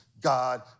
God